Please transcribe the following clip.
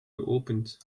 geopend